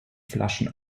flaschen